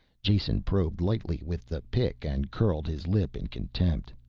jason probed lightly with the pick and curled his lip in contempt.